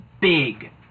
big